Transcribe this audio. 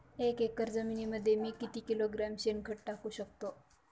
एक एकर जमिनीमध्ये मी किती किलोग्रॅम शेणखत टाकू शकतो?